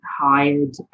hired